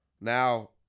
Now